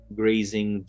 grazing